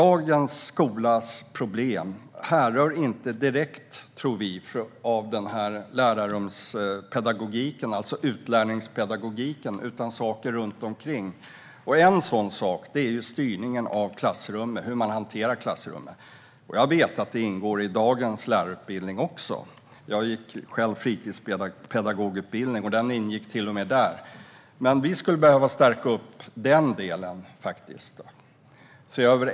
Vi tror inte att problemen i dagens skola har direkt med utlärningspedagogiken att göra, utan med saker runt omkring. En sådan sak är hur man hanterar klassrummet. Jag vet att det ingår i dagens lärarutbildning. Jag har själv gått fritidspedagogutbildningen. Det ingick till och med där. Men vi skulle behöva stärka den delen.